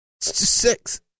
Six